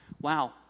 Wow